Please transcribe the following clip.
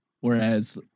Whereas